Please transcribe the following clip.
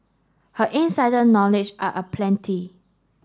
her insider knowledge are aplenty